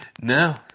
No